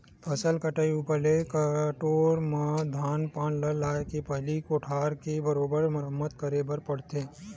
फसल कटई ऊपर ले कठोर म धान पान ल लाए के पहिली कोठार के बरोबर मरम्मत करे बर पड़थे